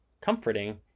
comforting